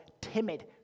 timid